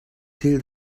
thil